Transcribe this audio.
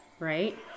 Right